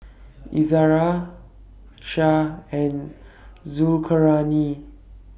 Izara Syah and Zulkarnain